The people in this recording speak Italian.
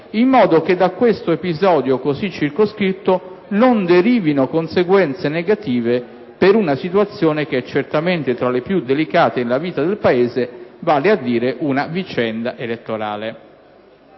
in modo che da questo episodio così circoscritto non derivino conseguenze negative per una situazione che è certamente tra le più delicate della vita del Paese, vale a dire una vicenda elettorale».